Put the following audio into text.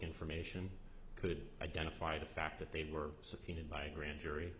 information could identify the fact that they were subpoenaed by a grand jury